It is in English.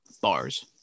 bars